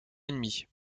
ennemi